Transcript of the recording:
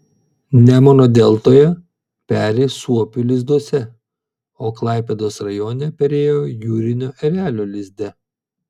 nemuno deltoje peri suopių lizduose o klaipėdos rajone perėjo jūrinio erelio lizde